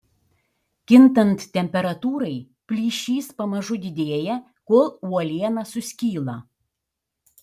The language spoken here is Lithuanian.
kintant temperatūrai plyšys pamažu didėja kol uoliena suskyla